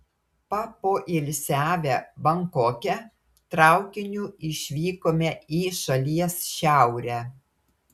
papoilsiavę bankoke traukiniu išvykome į šalies šiaurę